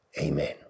amen